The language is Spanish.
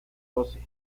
doce